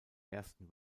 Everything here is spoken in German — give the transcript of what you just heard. ersten